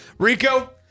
Rico